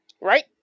Right